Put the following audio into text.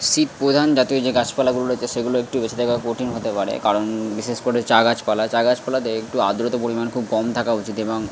শীত প্রধান জাতীয় যে গাছপালাগুলো আছে সেগুলো একটু বেঁচে থাকা কঠিন হতে পারে কারণ বিশেষ করে চা গাছপালা চা গাছপালাতে একটু আর্দ্রতার পরিমাণ খুব কম থাকা উচিত এবং